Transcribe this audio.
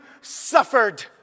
suffered